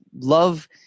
Love